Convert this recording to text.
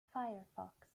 firefox